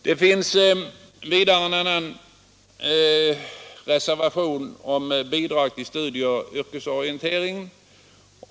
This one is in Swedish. Det finns vidare en reservation om bidrag till studieoch yrkesorientering.